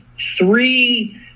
three